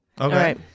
Okay